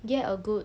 get a good